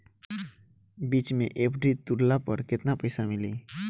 बीच मे एफ.डी तुड़ला पर केतना पईसा मिली?